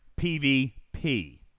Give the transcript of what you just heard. PvP